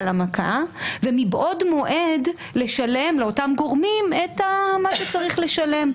למכה ומבעוד מועד לשלם לאותם גורמים את מה שצריך לשלם.